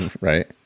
Right